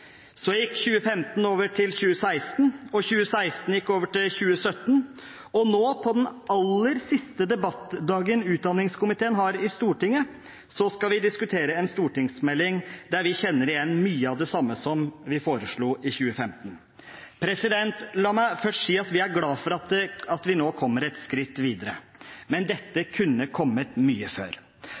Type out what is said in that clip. Så gikk 2015 over til 2016, og 2016 gikk over til 2017, og nå, på den aller siste debattdagen utdanningskomiteen har i Stortinget, skal vi diskutere en stortingsmelding der vi kjenner igjen mye av det samme som vi foreslo i 2015. La meg først si at vi er glad for at vi nå kommer et skritt videre. Men dette kunne kommet mye før.